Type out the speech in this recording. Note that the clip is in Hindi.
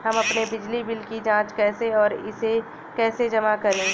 हम अपने बिजली बिल की जाँच कैसे और इसे कैसे जमा करें?